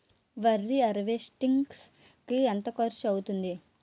వరి హార్వెస్టింగ్ కి ఎంత ఖర్చు అవుతుంది?